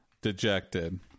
dejected